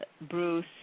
Bruce